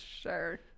Sure